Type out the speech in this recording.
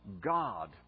God